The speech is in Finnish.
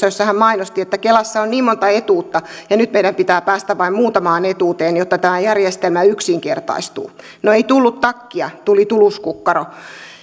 jossa hän mainosti että kelassa on niin monta etuutta ja nyt meidän pitää päästä vain muutamaan etuuteen jotta tämä järjestelmä yksinkertaistuu no ei tullut takkia tuli tuluskukkaro